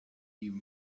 even